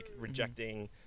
rejecting